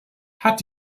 hat